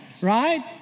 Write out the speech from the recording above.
right